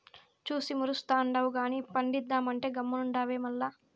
చూసి మురుస్తుండావు గానీ పండిద్దామంటే గమ్మునుండావే మల్ల